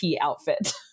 outfit